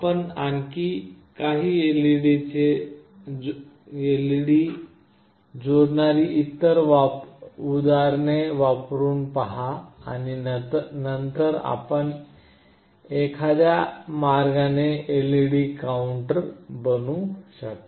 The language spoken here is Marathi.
आपण आणखी काही LED चे जोडणारी इतर उदाहरणे वापरून पहा आणि नंतर आपण एखाद्या मार्गाने एलईडी काउंटर बनवू शकता